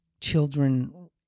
children